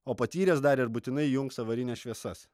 o patyręs dar ir būtinai įjungs avarines šviesas